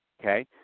okay